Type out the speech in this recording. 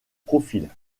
profil